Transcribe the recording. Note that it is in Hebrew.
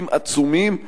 בהיקפים עצומים,